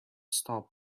star